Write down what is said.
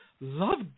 Love